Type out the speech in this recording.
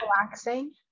relaxing